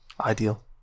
ideal